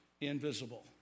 invisible